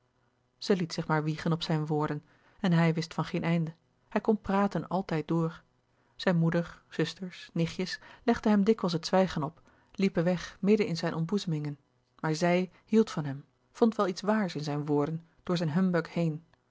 zij liet zich maar wiegen op zijne woorden en hij wist van geen einde hij kon praten altijd door zijne moeder zusters nichtjes legden hem dikwijls het zwijgen op liepen weg midden in zijne ontboezemingen maar z i j hield van hem vond wel iets waars in zijne woorden door zijn humbug heen